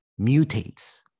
mutates